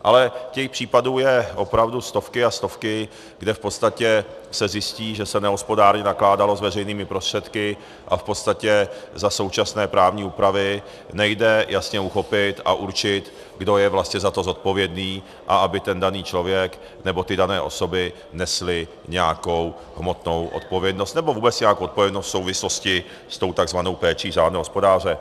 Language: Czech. Ale těch případů jsou opravdu stovky a stovky, kde v podstatě se zjistí, že se nehospodárně nakládalo s veřejnými prostředky, a v podstatě za současné právní úpravy nejde jasně uchopit a určit, kdo je vlastně za to zodpovědný, a aby ten daný člověk nebo ty dané osoby nesly nějakou hmotnou odpovědnost nebo vůbec odpovědnost v souvislosti s tou takzvanou péčí řádného hospodáře.